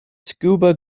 scuba